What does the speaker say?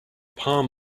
palm